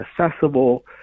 accessible